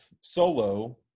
solo